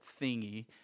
thingy